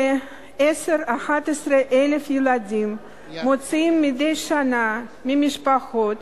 11,000-10,000 ילדים מוצאים מדי שנה מהמשפחות